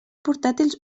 portàtils